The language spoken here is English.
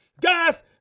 guys